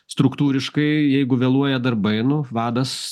struktūriškai jeigu vėluoja darbai nu vadas